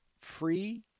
free